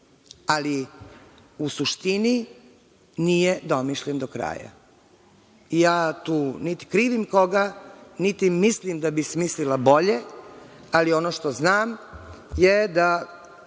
ali u suštini nije domišljen do kraja. Tu, niti krivim koga niti mislim da bih smislila bolje, ali ono što znam je da